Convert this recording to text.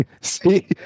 See